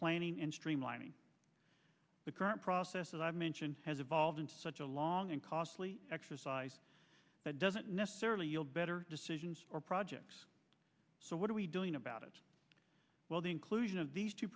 planning and streamlining the current process as i've mentioned has evolved into such a long and costly exercise that doesn't necessarily yield better decisions or projects so what are we doing about it well the inclusion of these two